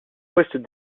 postes